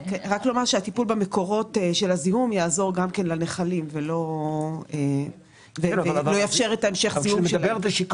הטיפול במקורות של הזיהום יעזור לנחלים ולא יאפשר את המשך הזיהום.